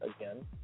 again